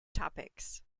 topics